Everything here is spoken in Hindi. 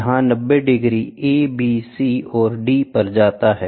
यह 90 डिग्री A B C और D पर जाता है